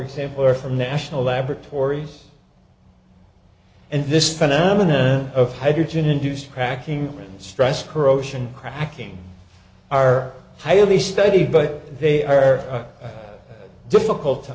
example are from national laboratories and this phenomena of hydrogen induced cracking and stress corrosion cracking are highly study but they are they're difficult to